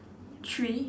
three